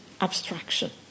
abstraction